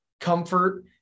comfort